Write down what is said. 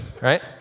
right